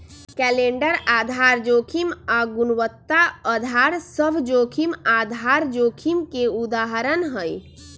calendar आधार जोखिम आऽ गुणवत्ता अधार सभ जोखिम आधार जोखिम के उदाहरण हइ